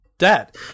dad